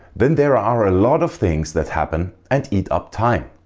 then there are a lot of things that happen and eat up time.